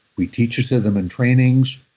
we teach it to them in trainings.